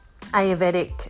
Ayurvedic